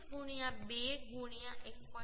25 2 1